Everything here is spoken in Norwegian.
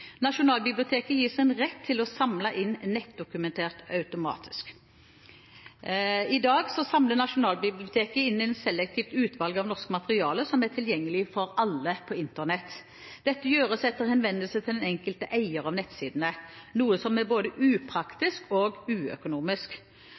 Nasjonalbiblioteket gis en rett til å samle inn nettdokumenter automatisk. I dag samler Nasjonalbiblioteket inn et selektivt utvalg av norsk materiale som er tilgjengelig for alle på Internett. Dette gjøres etter henvendelse til den enkelte eier av nettsidene, noe som er både upraktisk og uøkonomisk.